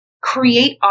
create